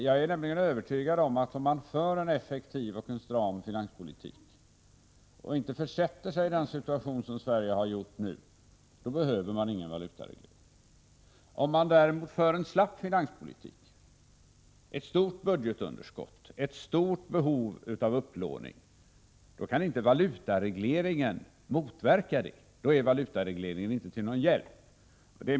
Jag är nämligen övertygad om att man, om man för en effektiv och stram finanspolitik och inte försätter sig i den situation som Sverige nu har gjort, inte behöver någon valutareglering. Om man däremot för en slapp finanspolitik och får ett stort budgetunderskott och ett stort behov av upplåning, kan inte valutaregleringen motverka det. Då är den inte till någon hjälp.